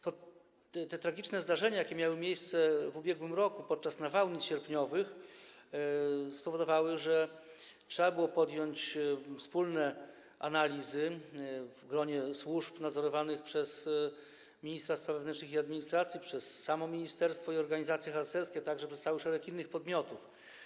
Te tragiczne zdarzenia, jakie miały miejsce w ubiegłym roku podczas nawałnic sierpniowych, spowodowały, że trzeba było podjąć wspólne analizy w gronie służb nadzorowanych przez ministra spraw wewnętrznych i administracji, przez samo ministerstwo i organizacje harcerskie, także przez cały szereg innych podmiotów.